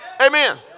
Amen